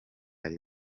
ari